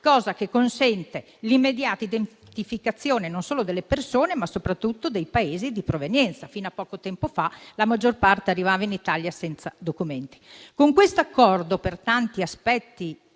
cosa che consente l'immediata identificazione non solo delle persone, ma soprattutto dei Paesi di provenienza. Fino a poco tempo fa, la maggior parte arrivava in Italia senza documenti. Con questo Accordo, per tanti aspetti